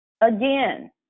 Again